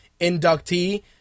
inductee